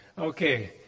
Okay